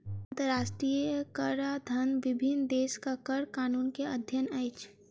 अंतरराष्ट्रीय कराधन विभिन्न देशक कर कानून के अध्ययन अछि